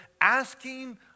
asking